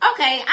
Okay